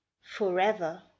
Forever